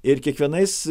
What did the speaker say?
ir kiekvienais